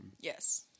Yes